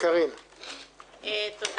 תודה